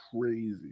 crazy